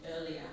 earlier